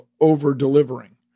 over-delivering